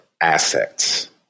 assets